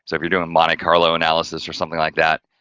so if you're doing monte carlo analysis or something like that,